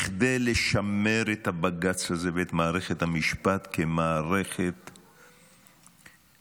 בכדי לשמר את בג"ץ הזה ואת מערכת המשפט כמערכת ליברלית,